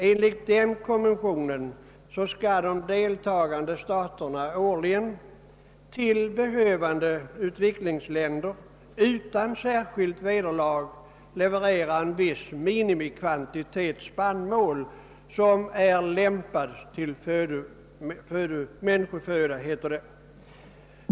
Enligt den konventionen skall de deltagande staterna årligen till behövande utvecklingsländer utan särskilt vederlag leverera en viss minimikvantitet spannmål, som är lämpad till människoföda.